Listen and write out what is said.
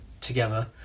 together